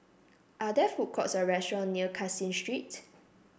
are there food courts or restaurant near Caseen Street